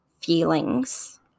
feelings